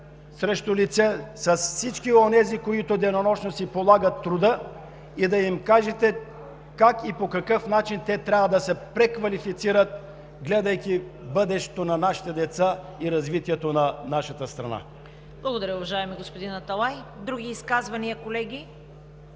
срещу лице с всички онези, които денонощно си полагат труда и да им кажете как и по какъв начин те трябва да се преквалифицират, гледайки бъдещето на нашите деца и развитието на нашата страна. ПРЕДСЕДАТЕЛ ЦВЕТА КАРАЯНЧЕВА: Благодаря, уважаеми господин Аталай. Други изказвания, колеги?